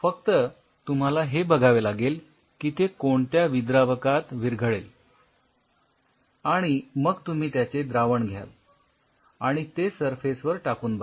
फक्त तुम्हाला हे बघावे लागेल की ते कोणत्या विद्रावकात विरघळेल आणि मग तुम्ही त्याचे द्रावण घ्याल आणि ते सरफेस वर टाकून बघाल